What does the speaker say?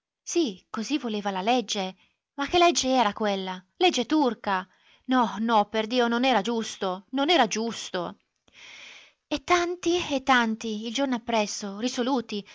sì così voleva la legge ma che legge era quella legge turca no no perdio non era giusto non era giusto e tanti e tanti il giorno appresso risoluti